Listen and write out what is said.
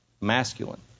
Masculine